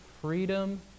freedom